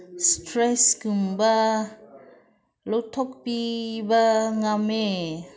ꯏꯁꯇ꯭ꯔꯦꯁꯀꯨꯝꯕ ꯂꯧꯊꯣꯛꯄꯤꯕ ꯉꯝꯃꯦ